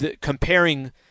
comparing